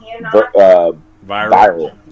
viral